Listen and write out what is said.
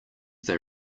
they